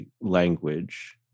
language